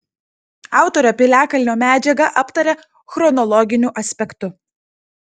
autorė piliakalnio medžiagą aptaria chronologiniu aspektu